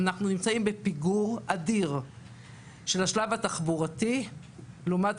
אנחנו נמצאים בפיגור אדיר של השלב התחבורתי לעומת